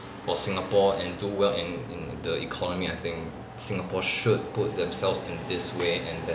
for singapore and do well in in the economy I think singapore should put themselves in this way and then